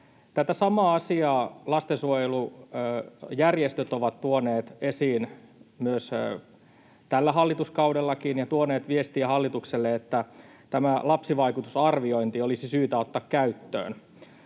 Tätä samaa asiaa lastensuojelujärjestöt ovat tuoneet esiin myös tällä hallituskaudella ja tuoneet viestiä hallitukselle, että tämä lapsivaikutusarviointi olisi syytä ottaa käyttöön.